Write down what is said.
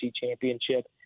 championship